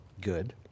good